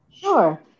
Sure